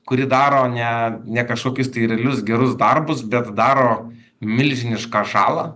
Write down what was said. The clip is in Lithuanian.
kuri daro ne ne kažkokius realius gerus darbus bet daro milžinišką žalą